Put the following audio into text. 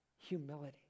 humility